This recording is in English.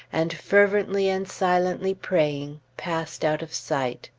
and, fervently and silently praying, passed out of sight.